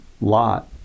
Lot